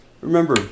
remember